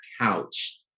couch